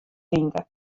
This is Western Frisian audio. tinke